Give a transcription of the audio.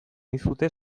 dizute